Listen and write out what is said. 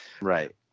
right